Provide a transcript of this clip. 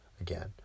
Again